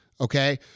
okay